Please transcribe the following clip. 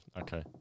Okay